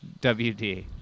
WD